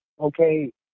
okay